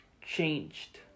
changed